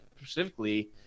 specifically